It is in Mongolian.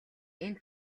энэ